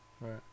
Right